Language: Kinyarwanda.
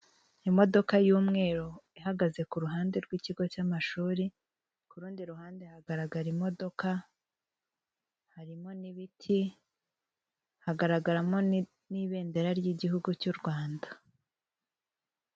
Biragaragara ko ahangaha ari ku kicaro cya emutiyene kuko abakiriya baba bagiye gusaba serivisi zitandukanye abagura simukadi, ababitsa, ababikuza n'ababaza izindi serivisi bakora kugira ngo barusheho kumenya neza iki kigo ibyo gikora.